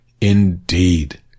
indeed